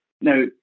Now